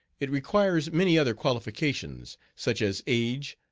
it requires many other qualifications such as age,